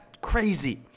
crazy